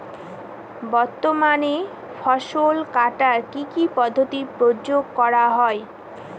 বর্তমানে ফসল কাটার কি কি পদ্ধতি প্রয়োগ করা হয়?